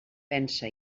pensa